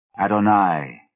Adonai